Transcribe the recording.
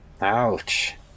Ouch